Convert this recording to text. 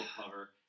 cover